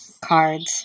cards